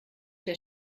der